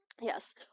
Yes